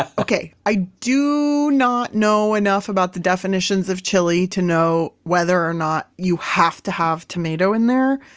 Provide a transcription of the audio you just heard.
ah okay, i do not know enough about the definitions of chili to know whether or not you have to have tomato in there.